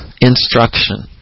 instruction